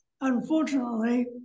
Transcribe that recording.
unfortunately